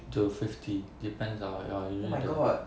to fifty depends on like usually